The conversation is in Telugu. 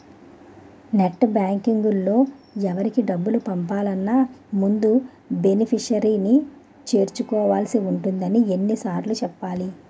నెట్ బాంకింగ్లో ఎవరికి డబ్బులు పంపాలన్నా ముందు బెనిఫిషరీని చేర్చుకోవాల్సి ఉంటుందని ఎన్ని సార్లు చెప్పాలి